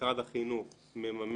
משרד החינוך מממן,